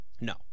No